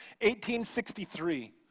1863